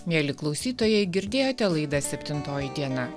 mieli klausytojai girdėjote laidą septintoji diena